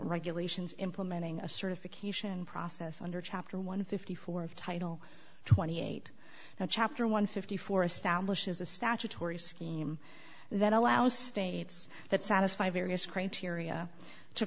regulations implementing a certification process under chapter one fifty four of title twenty eight and chapter one fifty four establishes a statutory scheme that allows states that satisfy various criteria to